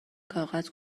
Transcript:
کاغذ